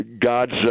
God's